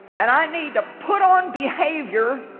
and i need to put on behavior